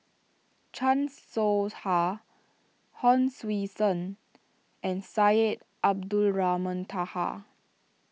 Chan Soh Ha Hon Sui Sen and Syed Abdulrahman Taha